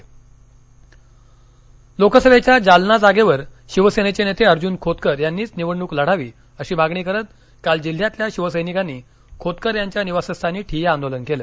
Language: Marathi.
खोतकर उमेदवारी लोकसभेच्या जालना जागेवर शिवसेनेचे नेते अर्जून खोतकर यांनीच निवडणूक लढावी अशी मागणी करत काल जिल्ह्यातल्या शिवसर्सिकांनी खोतकर यांच्या निवासस्थानी ठिय्या आंदोलन केलं